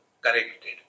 corrected